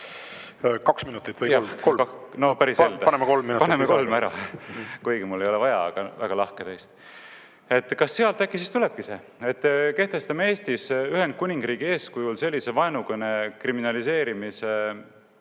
Kaks minutit või kolm? Paneme kolm minutit lisaaega. Paneme kolm ära, kuigi mul ei ole vaja, aga väga lahke teist. Kas sealt äkki siis tulebki see, et kehtestame Eestis Ühendkuningriigi eeskujul sellise vaenukõne kriminaliseerimise